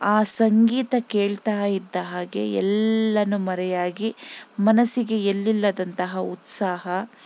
ಆ ಸಂಗೀತ ಕೇಳ್ತಾ ಇದ್ದ ಹಾಗೆ ಎಲ್ಲನು ಮರೆಯಾಗಿ ಮನಸ್ಸಿಗೆ ಎಲ್ಲಿಲ್ಲದಂತಹ ಉತ್ಸಾಹ